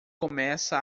começa